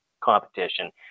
Competition